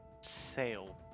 sale